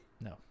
no